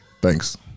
Thanks